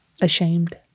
ashamed